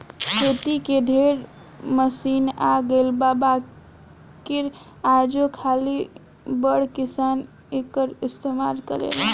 खेती के ढेरे मशीन आ गइल बा बाकिर आजो खाली बड़ किसान एकर इस्तमाल करेले